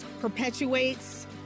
perpetuates